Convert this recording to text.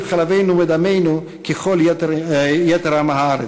חלבנו ודמנו ככל יתר עם הארץ.